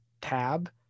tab